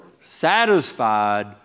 satisfied